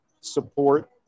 support